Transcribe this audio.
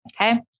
Okay